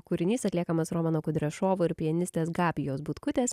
kūrinys atliekamas romano kudrešovo ir pianistės gabijos butkutės